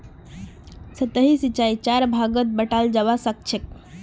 सतही सिंचाईक चार भागत बंटाल जाबा सखछेक